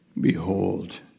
Behold